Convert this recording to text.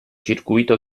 circuito